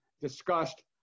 discussed